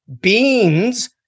beans